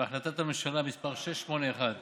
והחלטת ממשלה מס' 681